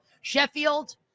Sheffield